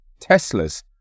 Teslas